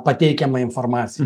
pateikiamą informaciją